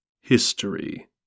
History